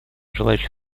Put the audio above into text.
желающие